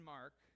Mark